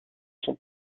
son